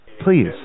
Please